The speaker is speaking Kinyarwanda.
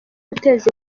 guteza